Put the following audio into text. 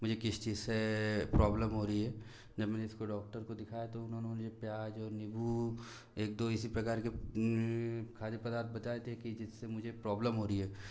मुझे किस चीज से प्रॉब्लम हो रही है जब मैंने इसको डॉक्टर को दिखाया तो उन्होंने मुझे प्याज और नींबू एक दो इसी प्रकार के खाद्य पदार्थ बताए थे कि जिससे मुझे प्रॉब्लम हो रही है